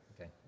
okay